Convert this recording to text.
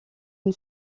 une